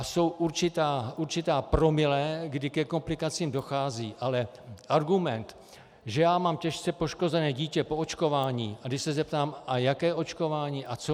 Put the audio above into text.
Jsou určitá promile, kdy ke komplikacím dochází, ale argument, že já mám těžce poškozené dítě po očkování, a když se zeptám: A jaké očkování a co mu je?